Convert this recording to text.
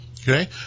Okay